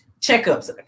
checkups